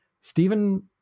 Stephen